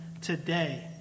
today